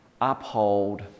uphold